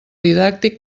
didàctic